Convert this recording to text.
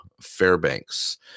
Fairbanks